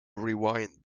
rewind